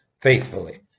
faithfully